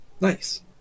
Nice